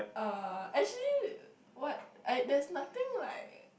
uh actually what I there's nothing like